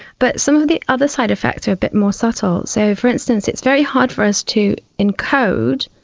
but some of the other side effects are a bit more subtle. so for instance, it's very hard for us to encode,